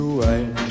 white